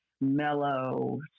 mellow